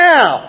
Now